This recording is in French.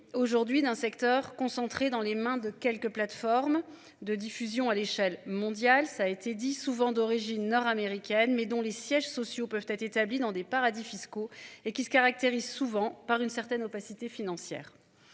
aujourd'hui d'un secteur concentré dans les mains de quelques plateformes de diffusion à l'échelle mondiale, ça a été dit souvent d'origine nord-américaine mais dont les sièges sociaux peuvent être établies dans des paradis fiscaux et qui se caractérise souvent par une certaine opacité financière.